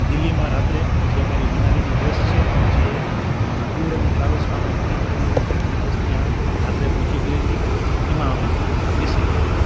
દિલ્હીમાં રાત્રે જે અમારી મનાલીની બસ છે જે ટુર અને ટ્રાવેલ્સમાં અમે નક્કી કરેલું હતું એ બસ ત્યાં રાત્રે પહોંચી ગયેલી એમાં અમે બેસી ગયેલા